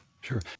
Sure